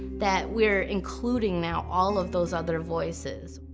that we're including now all of those other voices.